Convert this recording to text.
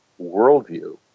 worldview